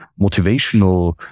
motivational